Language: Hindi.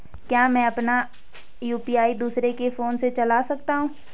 क्या मैं अपना यु.पी.आई दूसरे के फोन से चला सकता हूँ?